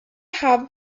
have